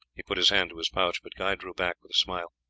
he put his hand to his pouch, but guy drew back with a smile.